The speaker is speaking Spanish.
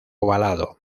ovalado